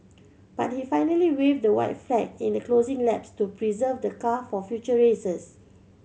but he finally waved the white flag in the closing laps to preserve the car for future races